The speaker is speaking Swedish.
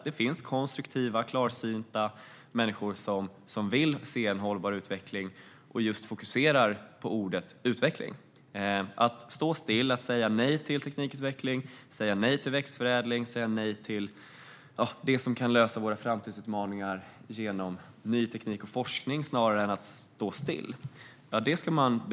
Det finns konstruktiva och klarsynta människor som vill se en hållbar utveckling och som fokuserar på ordet "utveckling". Snarare än att stå still och säga nej till teknikutveckling, växtförädling och sådant som kan lösa våra framtidsutmaningar ska man bejaka ny teknik och forskning.